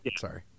Sorry